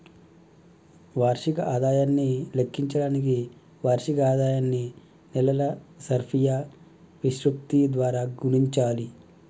వార్షిక ఆదాయాన్ని లెక్కించడానికి వార్షిక ఆదాయాన్ని నెలల సర్ఫియా విశృప్తి ద్వారా గుణించాలి